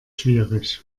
schwierig